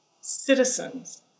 citizens